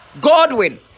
Godwin